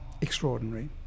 extraordinary